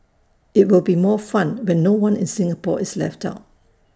IT will be more fun when no one in Singapore is left out